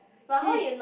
he